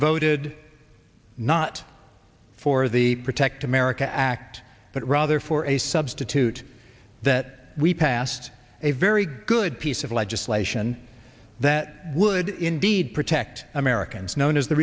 voted not for the protect america act but rather for a substitute that we passed a very good piece of legislation that would indeed protect americans known as the